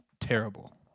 terrible